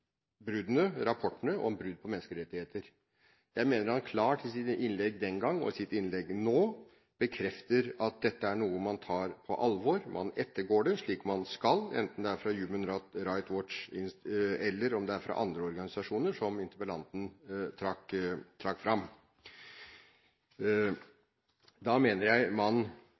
rapportene om brudd på menneskerettigheter. Jeg mener han klart i sitt innlegg den gang, og i sitt innlegg nå, bekrefter at dette er noe man tar alvorlig og man ettergår det, slik man skal, enten det er fra Human Rights Watch eller om det er fra andre organisasjoner, som interpellanten trakk fram. Da mener jeg man